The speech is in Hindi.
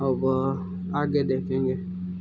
अब आगे देखेंगे